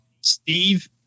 Steve